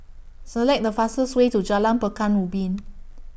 Select The fastest Way to Jalan Pekan Ubin